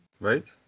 Right